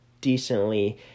decently